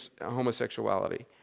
homosexuality